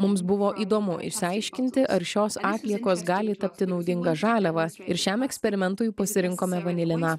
mums buvo įdomu išsiaiškinti ar šios atliekos gali tapti naudinga žaliava ir šiam eksperimentui pasirinkome vaniliną